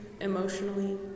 emotionally